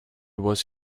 was